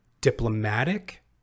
diplomatic